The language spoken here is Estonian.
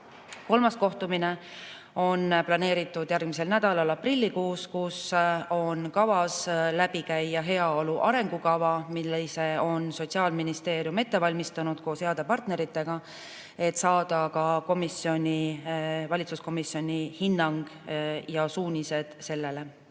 Kolmas kohtumine on planeeritud toimuma järgmisel nädalal aprillikuus. Kavas on läbi käia heaolu arengukava, mille Sotsiaalministeerium on ette valmistanud koos heade partneritega, et saada ka valitsuskomisjoni hinnang ja suunised sellele.